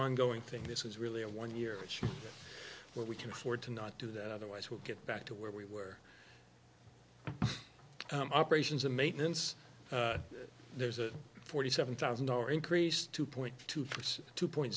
ongoing thing this is really a one year where we can afford to not do that otherwise we'll get back to where we were operations and maintenance there's a forty seven thousand dollar increase two point two percent two point